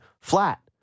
flat